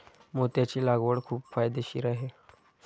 मोत्याची लागवड खूप फायदेशीर आहे